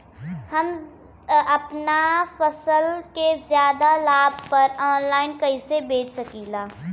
हम अपना फसल के ज्यादा लाभ पर ऑनलाइन कइसे बेच सकीला?